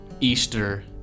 Easter